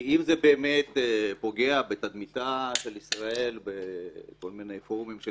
כי אם זה באמת פוגע בתדמיתה של ישראל בכל מיני פורומים של